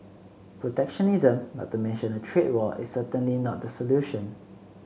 protectionism not to mention a trade war is certainly not the solution